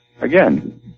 again